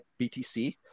BTC